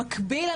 במקביל,